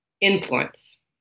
influence